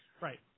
Right